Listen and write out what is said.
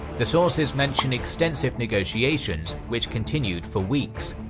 the sources mention extensive negotiations which continued for weeks,